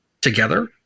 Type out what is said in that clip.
together